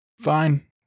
Fine